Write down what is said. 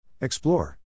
Explore